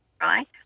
right